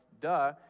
duh